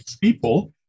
people